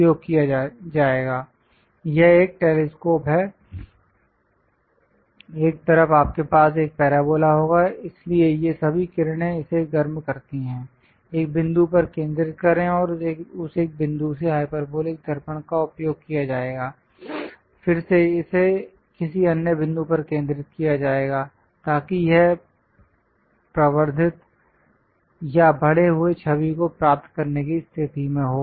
यह एक टेलिस्कोप है एक तरफ आपके पास एक पैराबोला होगा इसलिए ये सभी किरणें इसे गर्म करती हैं एक बिंदु पर केंद्रित करें और उस एक बिंदु से हाइपरबोलिक दर्पण का उपयोग किया जाएगा फिर से इसे किसी अन्य बिंदु पर केंद्रित किया जाएगा ताकि यह प्रवर्धित या बढ़े हुए छवि को प्राप्त करने की स्थिति में हो